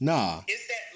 Nah